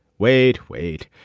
wait, wait.